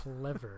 Clever